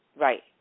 right